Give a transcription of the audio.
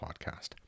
podcast